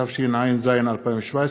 התשע"ז 2017,